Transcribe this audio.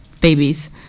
babies